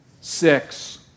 six